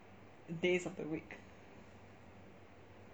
days of the week